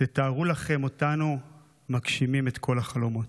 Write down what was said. תתארו לכם אותנו מגשימים את כל החלומות".